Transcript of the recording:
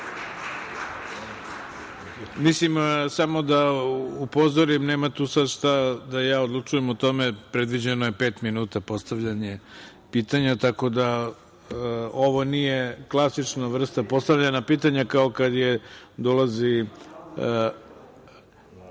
put. Samo da upozorim, nema tu sada šta da ja odlučujem o tome. Predviđeno je pet minuta za postavljanje pitanja, tako da ovo nije klasična vrsta postavljanja pitanja kao kada dolazi